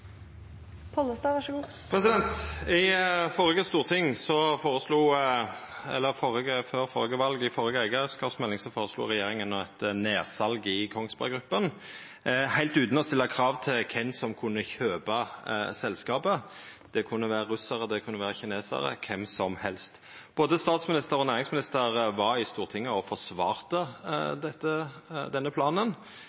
i førre eigarskapsmelding – føreslo regjeringa eit nedsal i Kongsberg Gruppen, heilt utan å stilla krav til kven som kunne kjøpa selskapet. Det kunne vera russarar, det kunne vera kinesarar – kven som helst. Både statsministeren og næringsministeren var i Stortinget og forsvarte